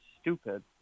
stupid